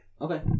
Okay